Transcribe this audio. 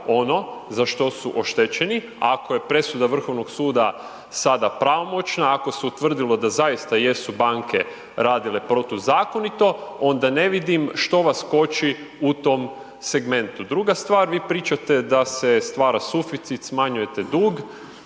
ono za što su oštećeni, ako je presuda Vrhovnog suda sada pravomoćna, ako se utvrdilo da zaista jesu banke radile protuzakonito, onda ne vidim što vas koči u tom segmentu. Druga stvar, vi pričate da se stvara suficit, smanjujete dug,